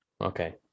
okay